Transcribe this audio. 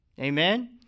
Amen